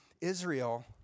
Israel